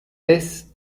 vez